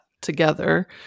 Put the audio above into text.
together